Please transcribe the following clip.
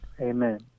Amen